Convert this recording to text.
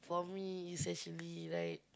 for me is actually right